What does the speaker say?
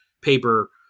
paper